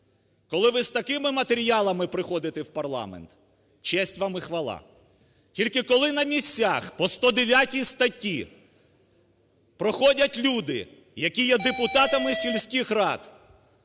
коли ви з такими матеріалами приходите в парламент, честь вам і хвала. Тільки, коли на місцях по 109 статті проходять люди, які є депутатами сільських рад